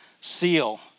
seal